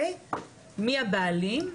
מי הבעלים?